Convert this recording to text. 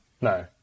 no